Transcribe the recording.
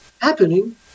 happening